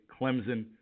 Clemson